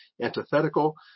antithetical